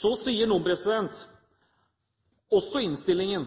Så sier noen, også i innstillingen,